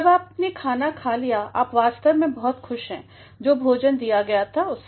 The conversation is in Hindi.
जब आपने खा लिया आप वास्तव में बहुत खुश हैं जो भोजन दिया गया था उससे